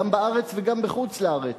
גם בארץ וגם בחוץ-לארץ,